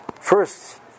first